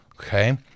Okay